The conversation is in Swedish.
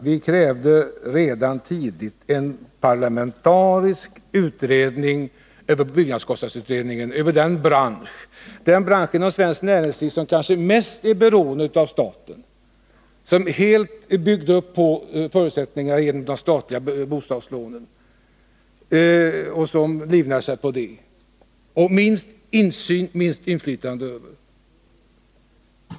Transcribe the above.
Vi krävde redan tidigt en parlamentarisk utredning, en byggnadskostnadsutredning, inom den bransch i svenskt näringsliv som kanske mest är beroende av staten och som helt bygger på förutsättningarna att statliga bostadslån beviljas och där det råder minst insyn och minst inflytande.